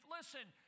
listen